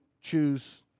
choose